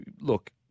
look